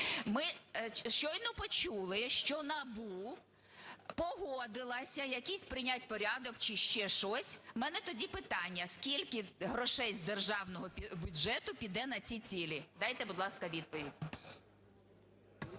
Ми щойно почули, що НАБУ погодилося якийсь прийняти порядок чи ще щось. У мене тоді питання: скільки грошей з державного бюджету піде на ці цілі? Дайте, будь ласка, відповідь.